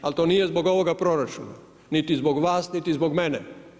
Ali, to nije zbog ovoga proračuna, niti zbog vas niti zbog mene.